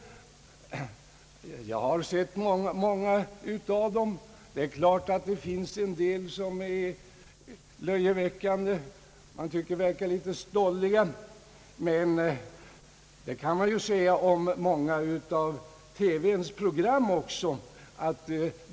Jag har sett många sådana reklaminslag, och det är klart att det finns en del som är löjeväckande och som man tycker verkar litet stolliga. Men det kan man också säga om många av TV-programmen.